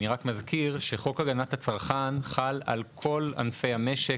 אני רק מזכיר שחוק הגנת הצרכן חל על כל ענפי המשק,